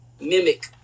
mimic